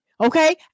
okay